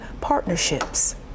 partnerships